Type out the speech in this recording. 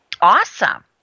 Awesome